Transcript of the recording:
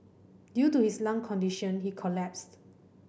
due to his lung condition he collapsed